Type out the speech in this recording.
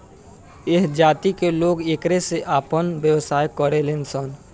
ऐह जात के लोग एकरे से आपन व्यवसाय करेलन सन